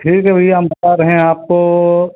ठीक है भैया हम बता रहें आपको